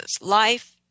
life